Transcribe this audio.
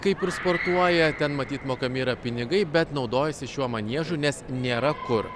kaip ir sportuoja ten matyt mokami yra pinigai bet naudojasi šiuo maniežu nes nėra kur